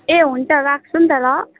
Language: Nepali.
ए हुन्छ राख्छु नि त ल